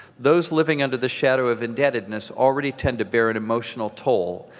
those living under the shadow of indebtedness already tend to bear an emotional toll,